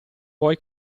vuoi